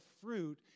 fruit